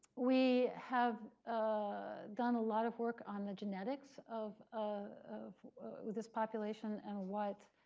we have ah done a lot of work on the genetics of ah of this population and what